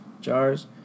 jars